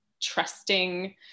trusting